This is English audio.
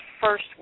first